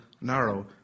narrow